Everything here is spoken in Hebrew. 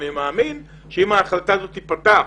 אני מאמין שאם ההחלטה הזאת תיפתח,